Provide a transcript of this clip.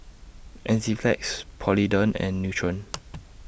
Enzyplex Polident and Nutren